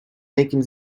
making